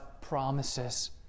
promises